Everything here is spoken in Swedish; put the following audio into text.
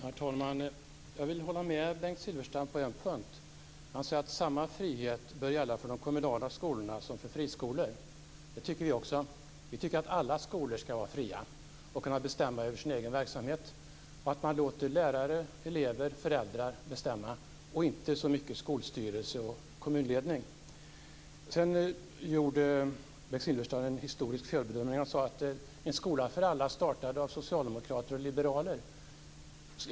Herr talman! Jag vill hålla med Bengt Silfverstrand på en punkt. Han säger att samma frihet bör gälla för de kommunala skolorna som för friskolor. Det tycker vi också. Vi tycker att alla skolor ska vara fria och kunna bestämma över sin egen verksamhet och att man ska låta lärare, elever och föräldrar bestämma och inte så mycket skolstyrelse och kommunledning. Sedan gjorde Bengt Silfverstrand en historisk felbedömning. Han sade att en skola för alla startades av socialdemokrater och liberaler.